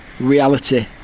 Reality